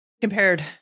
Compared